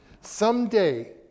someday